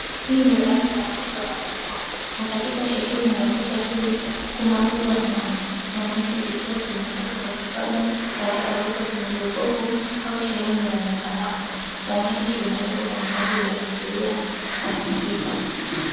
Hii ni aina ya maduka makubwa, na katika sehemu ya duka hii kunauzwa nyama. Nyama hizi zikiwa zimekatwa kwa kipande na zikawekwa kwenye jokofu au sehemu yenye barafu. Nyama hizi zimewekwa kwa ajili ya kuzia kuharibika.